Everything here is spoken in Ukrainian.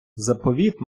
заповіт